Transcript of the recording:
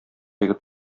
егет